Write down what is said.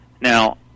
Now